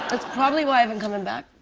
probably why i haven't come and back